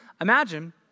Imagine